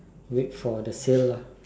wait for the sale lah